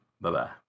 Bye-bye